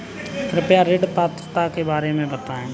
कृपया ऋण पात्रता के बारे में बताएँ?